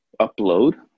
upload